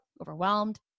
overwhelmed